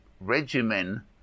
regimen